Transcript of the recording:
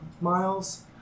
miles